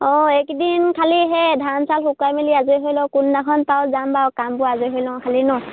অঁ এইকেইদিন খালি সেই ধান চাউল শুকুৱাই মেলি আজৰি হৈ লওঁ কোনদিনাখন পাৰো যাম বাৰু কামবোৰ আজৰি হৈ লওঁ খালি নহ্